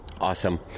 Awesome